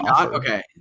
Okay